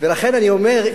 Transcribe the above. לכן אני אומר,